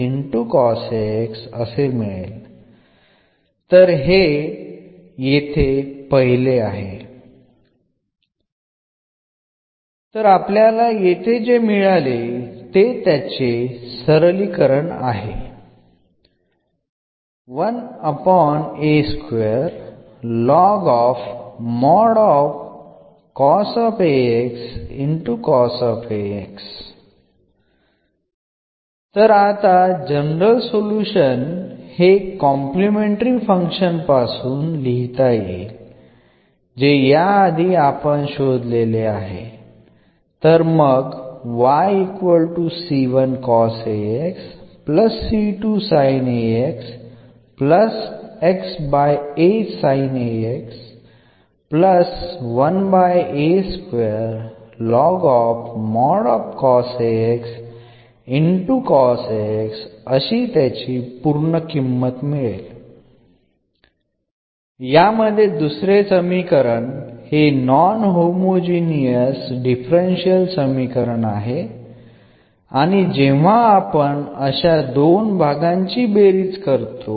അതിനാൽ general solution എഴുതുന്നതിന് നമ്മൾ മുമ്പ് വിലയിരുത്തിയ കോംപ്ലിമെൻററി ഫംഗ്ഷൻ ഇപ്പോൾ ലഭിച്ച പർട്ടിക്കുലർ സൊലൂഷൻഉമായി കൂട്ടിച്ചേർക്കുന്നു